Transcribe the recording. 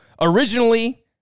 originally